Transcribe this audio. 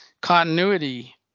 continuity